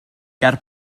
ger